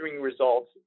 results